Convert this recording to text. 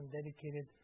dedicated